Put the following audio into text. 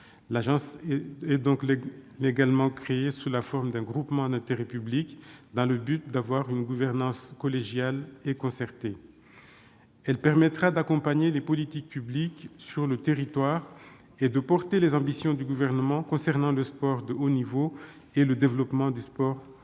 Elle est donc légalement créée sous la forme d'un groupement d'intérêt public dans l'objectif d'avoir une gouvernance collégiale et concertée. Elle permettra d'accompagner les politiques publiques sur le territoire et de porter les ambitions du Gouvernement concernant le sport de haut niveau et le développement du sport pour